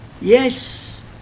Yes